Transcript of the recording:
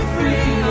Free